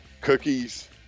cookies